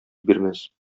бирмәс